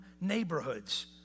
neighborhoods